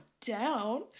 down